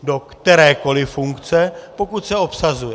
Do kterékoliv funkce, pokud se obsazuje.